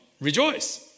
rejoice